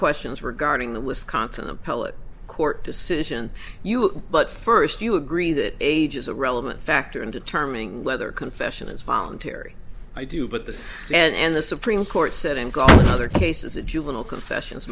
questions regarding the wisconsin appellate court decision you but first you agree that age is a relevant factor in determining whether confession is voluntary i do but the and the supreme court said and got other cases a juvenile confessions